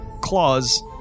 Claws